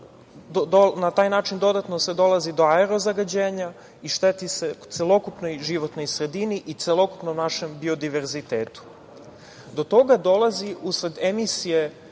na taj način se dodatno dolazi do aerozagađenja i šteti se celokupnoj životnoj sredini i celokupnom našem biodiverzitetu. Do toga dolazi, usled emisije